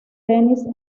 denis